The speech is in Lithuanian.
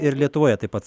ir lietuvoje taip pat